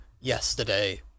yesterday